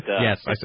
Yes